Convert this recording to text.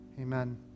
Amen